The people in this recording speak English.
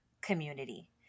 community